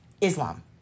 Islam